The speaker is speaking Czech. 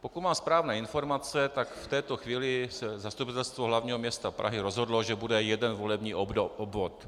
Pokud mám správné informace, tak v této chvíli se Zastupitelstvo hlavního města Prahy rozhodlo, že bude jeden volební obvod.